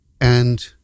And-